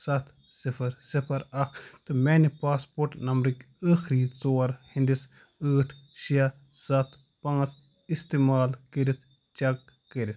سَتھ صِفر صِفر اکھ تہٕ میٛانہِ پاسپورٹ نمبرٕکۍ ٲخری ژور ہِنٛدِس ٲٹھ شےٚ سَتھ پانٛژھ اِستعمال کٔرِتھ چیٚک کٔرِتھ